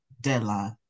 deadline